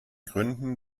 gründen